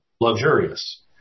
luxurious